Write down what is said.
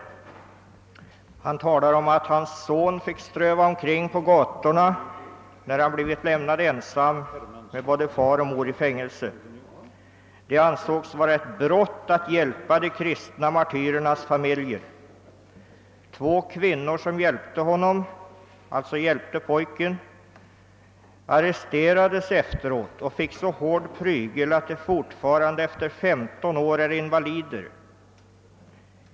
Han nämner att hans son fick ströva omkring på gatorna efter att ha blivit lämnad ensam med både far och mor i fängelse. Det ansågs vara ett brott att hjälpa de kristna martyrernas familjer. Två kvinnor som hjälpte pojken arresterades efteråt och fick så hård prygel att de fortfarande efter 15 år är invalider.